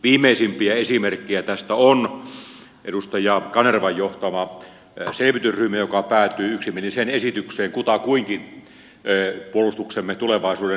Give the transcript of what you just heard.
viimeisimpiä esimerkkejä tästä on edustaja kanervan johtama selvitysryhmä joka päätyi yksimieliseen esitykseen kutakuinkin puolustuksemme tulevaisuuden näköaloista